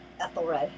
Ethelred